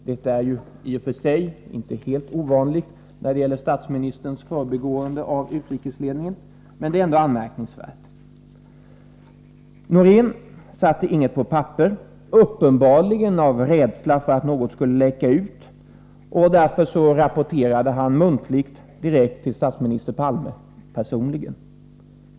Detta är ju i och för sig inte helt ovanligt när det gäller statsministerns förbigående av utrikesledningen, men det är ändå anmärkningsvärt. Norén satte inget på papper, uppenbarligen av rädsla för att något skulle läcka ut. Han rapporterade muntligt till statsminister Palme personligen.